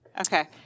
Okay